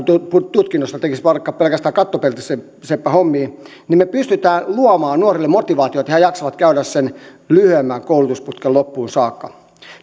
tutkinnosta tekisi vaikka pelkästään kattopeltiseppähommia niin me pystymme luomaan nuorille motivaatiota että he jaksavat käydä sen lyhyemmän koulutusputken loppuun saakka